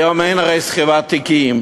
היום אין הרי סחיבת תיקים,